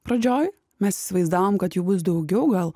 pradžioj mes įsivaizdavom kad jų bus daugiau gal